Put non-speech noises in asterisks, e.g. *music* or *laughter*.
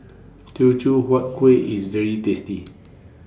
*noise* Teochew Huat Kuih IS very tasty *noise*